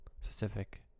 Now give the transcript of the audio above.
specific